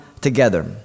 together